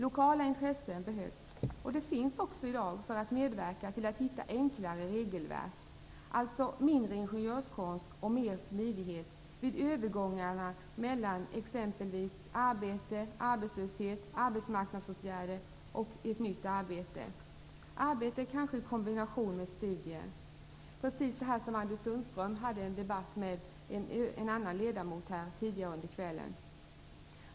Lokala intressen behövs, och de medverkar också i dag till att hitta enklare regelverk, alltså mindre ingenjörskonst och mer smidighet vid övergångar mellan exempelvis arbete, arbetslöshet, arbetsmarknadsåtgärder och ett nytt arbete. Kanske arbete i kombination med studier, precis det som Anders Sundström debatterade med en annan ledamot tidigare i kväll.